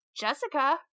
Jessica